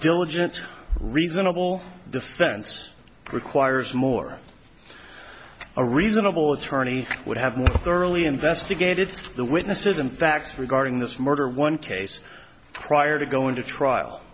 diligent reasonable defense requires more a reasonable attorney would have more thoroughly investigated the witnesses and facts regarding this murder one case prior to going to trial